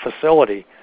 facility